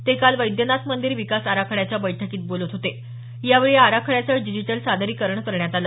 ते काल वैद्यनाथ मंदिर विकास आराखड्याच्या बैठकीत बोलत होते यावेळी या आराखड्याचं डिजिटल सादरीकरण करण्यात आलं